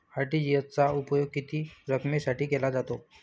RTGS चा उपयोग किती रकमेसाठी केला जातो?